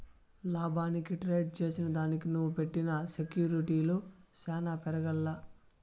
లాభానికి ట్రేడ్ చేసిదానికి నువ్వు పెట్టిన సెక్యూర్టీలు సాన పెరగాల్ల